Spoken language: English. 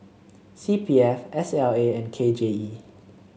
C P F S L A and K J E